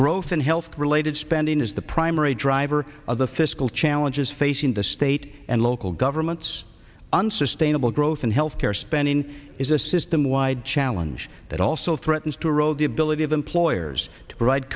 growth in health related spending is the primary driver of the fiscal challenges facing the state and local governments unsustainable growth in health care spending is a system wide challenge that also threatens to erode the ability of employers to provide